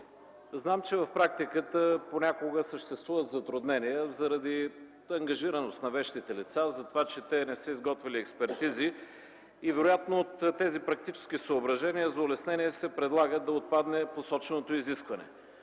Знам, че в практиката понякога съществуват затруднения заради ангажираност на вещите лица, във връзка с това, че те не са изготвили експертизи. Вероятно поради тези практически съображения, за улеснение, се предлага да отпадне посоченото изискване,